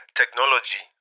technology